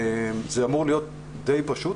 זה אמור להיות די פשוט.